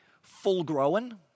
full-grown